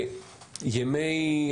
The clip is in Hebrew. שגרת המטה).